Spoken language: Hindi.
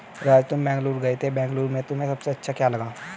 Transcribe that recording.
राजू तुम बेंगलुरु गए थे बेंगलुरु में तुम्हें सबसे अच्छा क्या लगा?